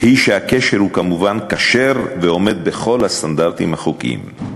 היא שהקשר הוא כמובן כשר ועומד בכל הסטנדרטים החוקיים.